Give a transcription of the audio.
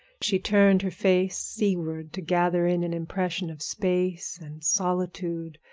she turned her face seaward to gather in an impression of space and solitude,